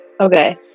Okay